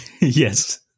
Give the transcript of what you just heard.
Yes